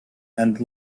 and